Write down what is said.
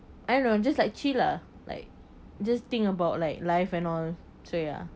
I know just like chill lah like just think about like life and all so ya